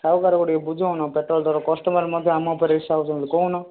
ସାହୁକାରକୁ ଟିକିଏ ବୁଝଉନ ପେଟ୍ରୋଲ୍ ଦର ଟିକିଏ କଷ୍ଟମର ମଧ୍ୟ ଆମ ଉପରେ ଇର୍ସା ହେଉଛନ୍ତି କହୁନ